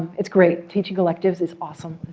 it's great. teaching electives is awesome.